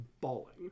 bawling